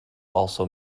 also